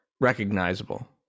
recognizable